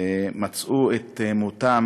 מצאו את מותם